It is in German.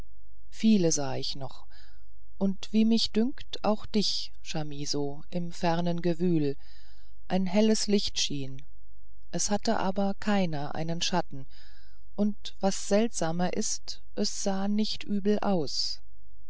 viele sah ich noch und wie mich dünkt auch dich chamisso im fernen gewühl ein helles licht schien es hatte aber keiner einen schatten und was seltsamer ist es sah nicht übel aus